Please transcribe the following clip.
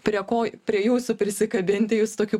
prie ko prie jūsų prisikabinti jūs tokių